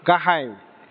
गाहाय